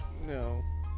no